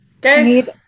Guys